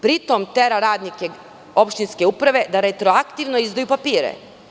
Pri tome, tera radnike opštinske uprave da retroaktivno izdaju papire.